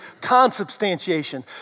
Consubstantiation